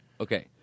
Okay